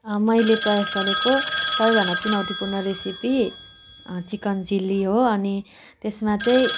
मैले प्रयास गरेको सबैभन्दा चुनौतीपूर्ण रेसेपी चिकन चिल्ली हो अनि त्यसमा चाहिँ